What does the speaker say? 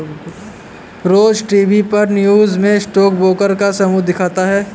रोज TV पर news में stock broker का समूह दिखता है